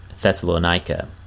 Thessalonica